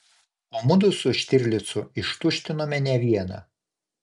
o mudu su štirlicu ištuštinome ne vieną